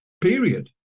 period